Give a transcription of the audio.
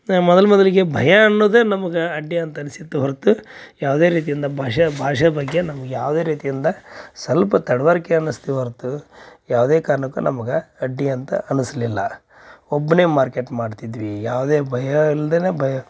ನಾ ಮೊದಲು ಮೊದಲಿಗೆ ಭಯ ಅನ್ನುದು ನಮ್ಗೆ ಅಡ್ಡಿ ಅಂತ ಅನಿಸಿತ್ತೇ ಹೊರತು ಯಾವುದೇ ರೀತಿಯಿಂದ ಭಾಷೆ ಭಾಷೆ ಬಗ್ಗೆ ನಮ್ಗೆ ಯಾವುದೇ ರೀತಿಯಿಂದ ಸ್ವಲ್ಪ ತಡವರಿಕೆ ಅನ್ನಿಸ್ತೆ ಹೊರ್ತು ಯಾವುದೇ ಕಾರಣಕ್ಕೂ ನಮ್ಗೆ ಅಡ್ಡಿ ಅಂತ ಅನಿಸಲಿಲ್ಲ ಒಬ್ಬನೇ ಮಾರ್ಕೆಟ್ ಮಾಡ್ತಿದ್ವಿ ಯಾವುದೇ ಭಯ ಇಲ್ದೇ ಭಯ